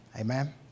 Amen